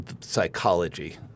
psychology